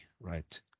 right